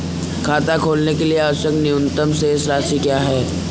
खाता खोलने के लिए आवश्यक न्यूनतम शेष राशि क्या है?